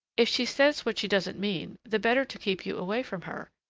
if she says what she doesn't mean, the better to keep you away from her,